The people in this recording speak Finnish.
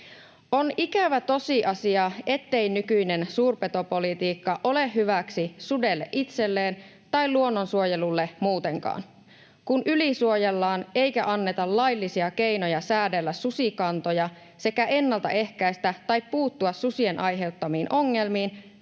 On ikävä tosiasia, ettei nykyinen suurpetopolitiikka ole hyväksi sudelle itselleen tai luonnonsuojelulle muutenkaan. Kun ylisuojellaan eikä anneta laillisia keinoja säädellä susikantoja sekä ennaltaehkäistä tai puuttua susien aiheuttamiin ongelmiin,